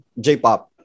J-pop